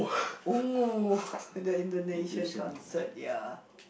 oh no the Indonesia concert ya